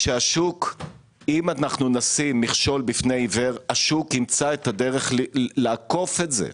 שאם נשים מכשול בפני עיוור השוק ימצא את הדרך לאכוף את זה.